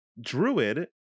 druid